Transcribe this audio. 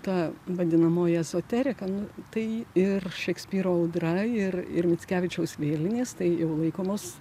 ta vadinamoji ezoterika nu tai ir šekspyro audra ir ir mickevičiaus vėlinės tai jau laikomos